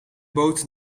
boot